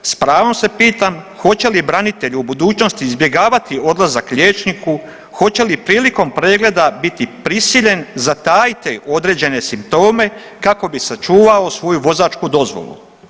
S pravom se pitam hoće li branitelji u budućnosti izbjegavati odlazak liječniku, hoće li prilikom pregleda biti prisiljen zatajiti određene simptome kako bi sačuvao svoju vozačku dozvolu.